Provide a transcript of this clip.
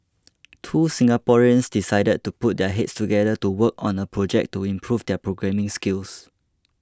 two Singaporeans decided to put their heads together to work on a project to improve their programming skills